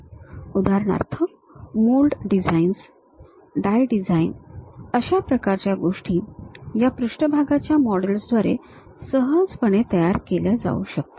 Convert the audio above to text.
उदाहरणार्थ mould designs die design अशा प्रकारच्या गोष्टी या पृष्ठभागाच्या मॉडेल्सद्वारे सहजपणे तयार केल्या जाऊ शकतात